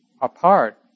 apart